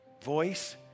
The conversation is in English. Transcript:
voice